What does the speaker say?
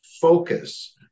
focus